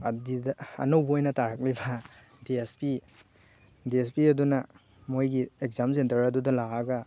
ꯑꯅꯧꯕ ꯑꯣꯏꯅ ꯇꯥꯔꯛꯂꯤꯕ D S P D S P ꯑꯗꯨꯅ ꯃꯣꯏꯒꯤ ꯑꯦꯛꯖꯥꯝ ꯁꯦꯟꯇꯔ ꯑꯗꯨꯗ ꯂꯥꯛꯑꯒ